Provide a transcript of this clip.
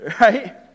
right